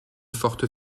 forte